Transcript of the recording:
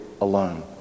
alone